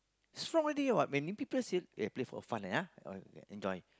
strong ready what when people say play for fun leh !huh! enjoy